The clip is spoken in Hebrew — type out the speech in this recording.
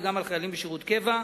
וגם על חיילים בשירות קבע,